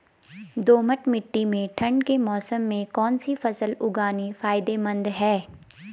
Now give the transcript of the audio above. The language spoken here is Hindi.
दोमट्ट मिट्टी में ठंड के मौसम में कौन सी फसल उगानी फायदेमंद है?